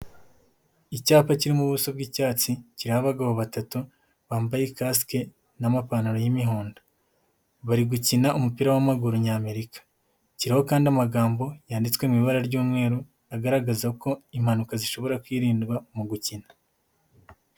Icyapa kiri mu buso bw'icyatsi kiriho abagabo batatu bambaye kasike n'amapantaro y'imihondo. Bari gukina umupira w'amaguru nyamerika, kiriho kandi amagambo yanditswe mu ibara ry'umweru agaragaza ko impanuka zishobora kwirindwa mu gukina.